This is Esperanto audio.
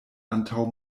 antaŭ